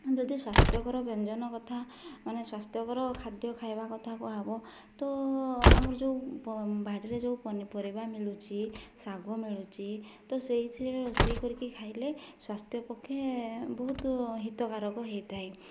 ଯଦି ସ୍ୱାସ୍ଥ୍ୟକର ବ୍ୟଞ୍ଜନ କଥା ମାନେ ସ୍ୱାସ୍ଥ୍ୟକର ଖାଦ୍ୟ ଖାଇବା କଥା କୁହାହେବ ତ ଆମର ଯେଉଁ ବାଡ଼ିରେ ଯେଉଁ ପନିପରିବା ମିଳୁଛି ଶାଗ ମିଳୁଛି ତ ସେଇଥିରେ ରୋଷେଇ କରିକି ଖାଇଲେ ସ୍ୱାସ୍ଥ୍ୟ ପକ୍ଷେ ବହୁତ ହିତକାରକ ହେଇଥାଏ